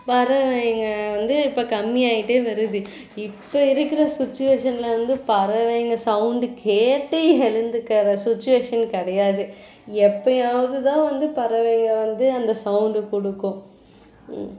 பறவைங்கள் வந்து இப்போ கம்மியாகிட்டே வருது இப்போ இருக்கிற சுச்சுவேஷனில் வந்து பறவைங்கள் சௌண்டு கேட்டு எழுந்துக்கற சுச்சுவேஷன் கிடையாது எப்பயாவதுதான் வந்து பறவைங்கள் வந்து அந்த சௌண்டு கொடுக்கும்